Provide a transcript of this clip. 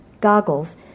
goggles